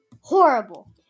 horrible